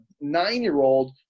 nine-year-old